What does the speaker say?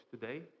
today